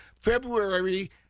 February